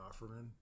Offerman